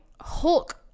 hulk